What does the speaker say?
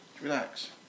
Relax